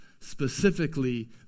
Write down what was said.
specifically